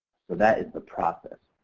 so that is the process,